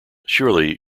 surely